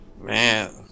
Man